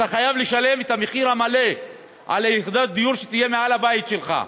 אתה חייב לשלם את המחיר המלא על יחידת הדיור שתהיה מעל הבית שלך.